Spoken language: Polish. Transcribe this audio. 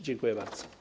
Dziękuję bardzo.